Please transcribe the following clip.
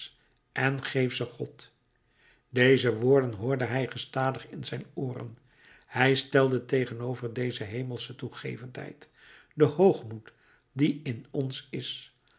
en geef ze god deze woorden hoorde hij gestadig in zijn ooren hij stelde tegenover deze hemelsche toegevendheid den hoogmoed die in ons is